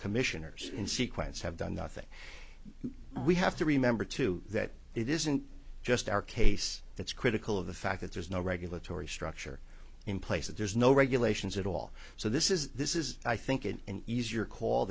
commissioners in sequence have done nothing we have to remember too that it isn't just our case that's critical of the fact that there's no regulatory structure in place that there's no regulations at all so this is this is i think an easier call